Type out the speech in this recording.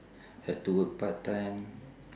had to work part time